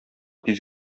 тиз